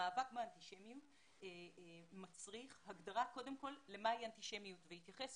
המאבק באנטישמיים מצריך הגדרה מהי אנטישמיות ויוגב התייחס